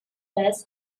was